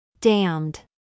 Damned